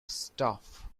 stuff